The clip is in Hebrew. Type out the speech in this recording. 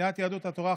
סיעת יהדות התורה,